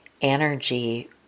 energy